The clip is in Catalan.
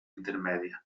intermèdia